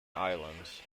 islands